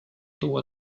tuua